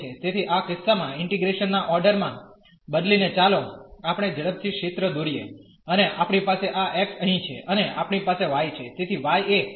તેથી આ કિસ્સામાં ઇન્ટીગ્રેશન ના ઓર્ડર માં બદલીને ચાલો આપણે ઝડપથી ક્ષેત્ર દોરીએ અને આપણી પાસે આ x અહીં છે અને આપણી પાસે y છે